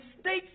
states